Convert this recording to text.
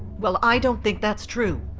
well, i don't think that's true.